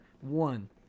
one